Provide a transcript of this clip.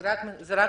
זה רק קורונה.